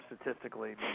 statistically